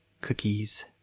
Cookies